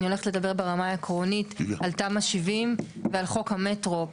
אני הולכת לדבר ברמה העקרונית על תמ"א 70 ועל חוק המטרו,